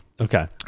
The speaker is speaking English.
Okay